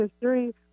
history